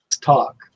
talk